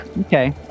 Okay